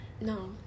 No